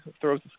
throws